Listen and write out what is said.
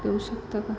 देऊ शकता का